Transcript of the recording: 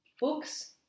books